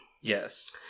Yes